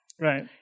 Right